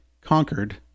conquered